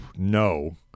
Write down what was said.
No